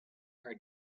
are